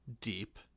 deep